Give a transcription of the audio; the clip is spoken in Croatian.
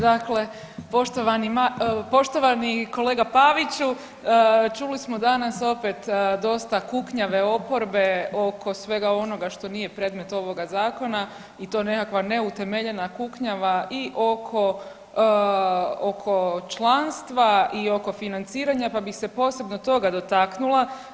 Dakle, poštovani kolega Paviću čuli smo danas opet dosta kuknjave oporbe oko svega onoga što nije predmet ovoga zakona i to nekakva neutemeljena kuknjava oko članstva i oko financiranja pa bih se posebno toga dotaknula.